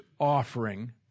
offering